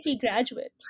graduate